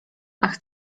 ach